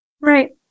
right